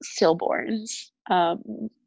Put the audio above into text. stillborns